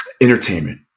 entertainment